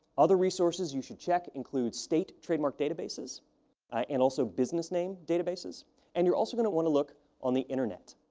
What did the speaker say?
other resources you should check include state trademark databases ah and also business name databases and you're also going to want to look on the internet.